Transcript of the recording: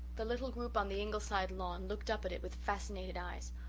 the little group on the ingleside lawn looked up at it with fascinated eyes,